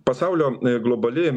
pasaulio globali